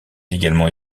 également